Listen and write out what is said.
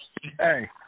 Hey